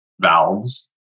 valves